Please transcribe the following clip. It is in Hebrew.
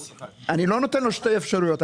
אני לא נותן לו שתי אפשרויות,